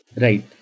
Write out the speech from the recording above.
Right